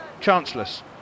Chanceless